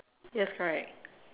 yes correct